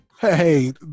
hey